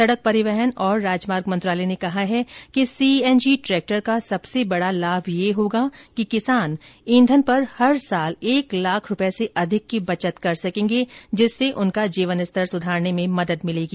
सड़क परिवहन और राजमार्ग मंत्रालय ने कहा है कि सीएनजी ट्रैक्टर का सबसे बड़ा लाभ यह होगा कि किसान ईंधन पर हर वर्ष एक लाख रूपये से अधिक की बचत कर सकेंगे जिससे उनका जीवन स्तर सुधारने में मदद मिलेगी